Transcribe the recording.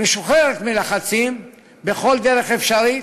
משוחררת מלחצים בכל דרך אפשרית.